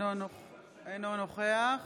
אינו נוכח